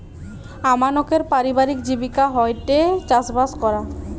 আমানকের পারিবারিক জীবিকা হয়ঠে চাষবাস করা